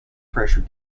pressure